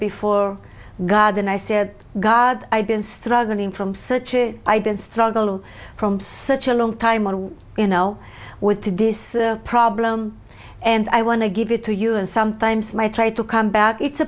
before god and i said god i've been struggling from such it i've been struggling from such a long time on you know where to dis problem and i want to give it to you and sometimes my try to come back it's a